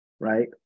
right